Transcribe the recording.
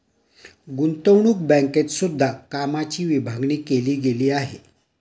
गुतंवणूक बँकेत सुद्धा कामाची विभागणी केली गेली आहे